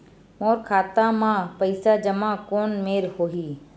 मोर खाता मा पईसा जमा कोन मेर होही?